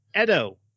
Edo